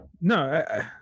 no